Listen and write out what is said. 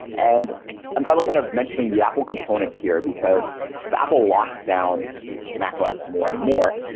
and i'm glad we're kind of mentioning the apple component here, because as apple locks down mac os more and more,